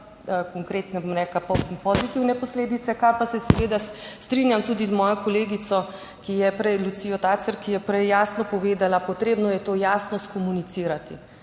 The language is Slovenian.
bom rekla pozitivne posledice kar pa se seveda strinjam tudi z mojo kolegico, ki je prej Lucijo Tacer, ki je prej jasno povedala, potrebno je to jasno skomunicirati